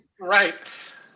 Right